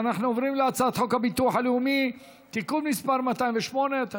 אנחנו עוברים להצעת חוק הביטוח הלאומי (תיקון מס' 208),